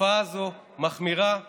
התופעה הזאת מחמירה וגדלה,